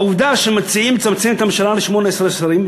העובדה שמציעים לצמצם את הממשלה ל-18 שרים,